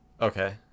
Okay